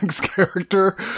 character